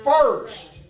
first